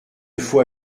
faut